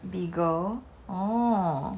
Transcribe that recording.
beagle oh